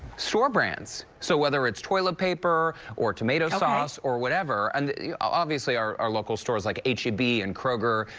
store brands, so whether it's toilet paper or tomato sauce or whatever, and obviously our local stores like h e b and kroger,